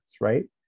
right